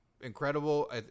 incredible